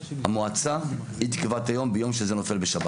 המועצה היא תקבע את היום ביום שזה נופל בשבת.